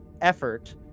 effort